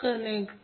81 angle 21